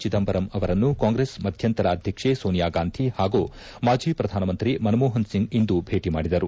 ಚಿದಂಬರಂ ಅವರನ್ನು ಕಾಂಗ್ರೆಸ್ ಮಧ್ಯಂತರ ಅದ್ವಕ್ಷೆ ಸೋನಿಯಾಗಾಂಧಿ ಪಾಗೂ ಮಾಜಿ ಪ್ರಧಾನಮಂತ್ರಿ ಮನಮೋಪನ್ ಸಿಂಗ್ ಇಂದು ಭೇಟಿ ಮಾಡಿದರು